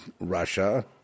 russia